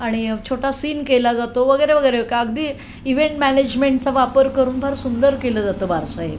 आणि छोटा सीन केला जातो वगैरे वगरे का अगदी इवेंट मॅनेजमेंटचा वापर करून फार सुंदर केलं जातं बारसाही